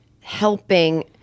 helping